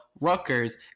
Rutgers